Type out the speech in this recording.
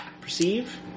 perceive